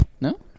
No